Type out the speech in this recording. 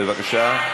בבקשה.